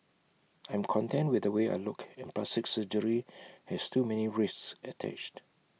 I am content with the way I look and plastic surgery has too many risks attached